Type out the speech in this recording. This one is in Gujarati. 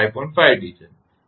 5 T છે